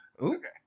Okay